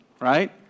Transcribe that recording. right